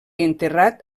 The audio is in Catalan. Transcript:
enterrat